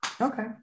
Okay